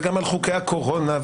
וגם על חוקי הקורונה,